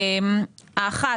ראשית,